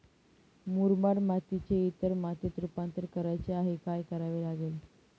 मुरमाड मातीचे इतर मातीत रुपांतर करायचे आहे, काय करावे लागेल?